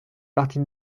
partie